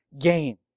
gain